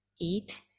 eat